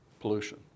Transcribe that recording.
pollution